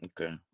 okay